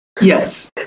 Yes